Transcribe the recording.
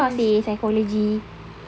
susah seh psychology